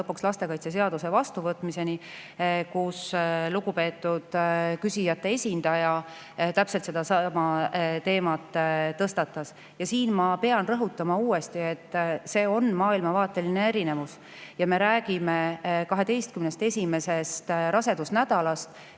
lõpuks lastekaitseseaduse vastuvõtmiseni, kus lugupeetud küsijate esindaja täpselt sellesama teema oli tõstatanud. Ja ma pean uuesti rõhutama, et tegu on maailmavaate erinevusega. Me räägime 12 esimesest rasedusnädalast,